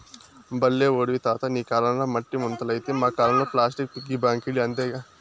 బల్లే ఓడివి తాతా నీ కాలంల మట్టి ముంతలైతే మా కాలంల ప్లాస్టిక్ పిగ్గీ బాంకీలు అంతేగా